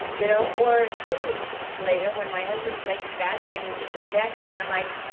you know or two weeks later when my husband's like badgering me for sex, and i'm like,